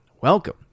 welcome